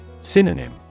Synonym